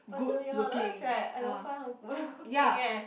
but to be honest right I don't find her good looking eh